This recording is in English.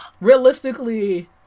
realistically